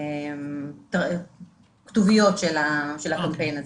כתוביות של הקמפיין הזה,